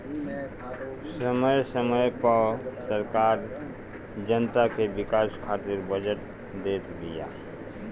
समय समय पअ सरकार जनता के विकास खातिर बजट देत बिया